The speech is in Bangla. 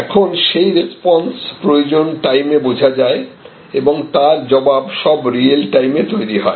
এখন সেই রেসপন্স প্রয়োজন টাইমে বোঝা যায় এবং তার জবাব সব রিয়েল টাইমে তৈরি হয়